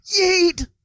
Yeet